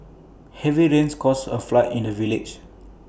heavy rains caused A flood in the village